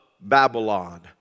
Babylon